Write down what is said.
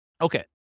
Okay